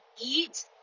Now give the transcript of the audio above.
eat